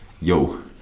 yo